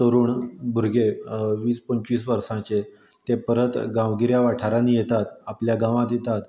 तरूण भुरगें वीस पंचवीस वर्सांचे ते परत गांवगिऱ्या वाठारांनीं येतात आपल्या गांवांत येतात